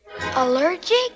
Allergic